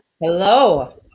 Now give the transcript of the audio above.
hello